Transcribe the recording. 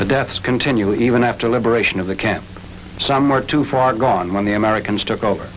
the deaths continue even after liberation of the camp some are too far gone when the americans took over